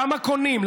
למה קונים?